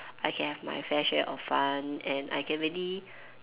I can have my fair share of fun and I can really